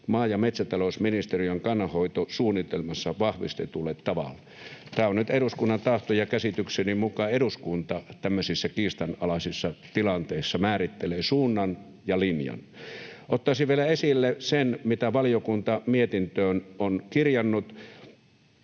maa- ja metsätalousministeriön kannanhoitosuunnitelmassa vahvistetulla tavalla.” Tämä on nyt eduskunnan tahto, ja käsitykseni mukaan eduskunta tämmöisissä kiistanalaisissa tilanteissa määrittelee suunnan ja linjan. Ottaisin vielä esille sen, mitä valiokunta mietintöön on kirjannut: